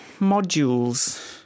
modules